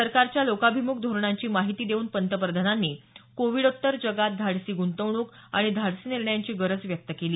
सरकारच्या लोकाभिमुख धोरणांची माहिती देऊन पंतप्रधानांनी कोविडोत्तर जगात धाडसी ग्रंतवणूक आणि धाडसी निर्णयांची गरज व्यक्त केली